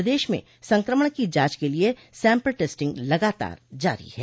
प्रदेश में संक्रमण की जांच के लिए सैम्पल टेस्टिंग लगातार जारी है